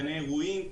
גני אירועים,